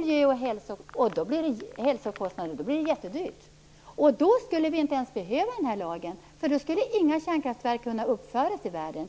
miljö och hälsokostnader räknas in blir det ju mycket dyrt. Då skulle vi inte ens behöva den här lagen, för då skulle inga kärnkraftverk kunna uppföras i världen.